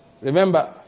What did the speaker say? Remember